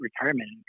retirement